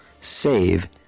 Save